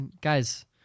Guys